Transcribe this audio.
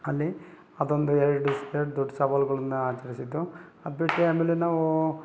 ಅಲ್ಲಿ ಅದೊಂದು ಎರಡು ಎರಡು ದೊಡ್ಡ ಸವಾಲುಗಳನ್ನ ಆಚರಿಸಿದ್ದು ಅದು ಬಿಟ್ರೆ ಆಮೇಲೆ ನಾವು